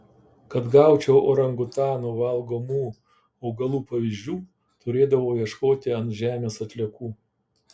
kad gaučiau orangutanų valgomų augalų pavyzdžių turėdavau ieškoti ant žemės atliekų